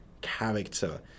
character